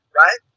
right